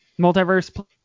multiverse